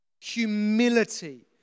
Humility